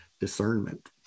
discernment